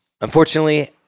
unfortunately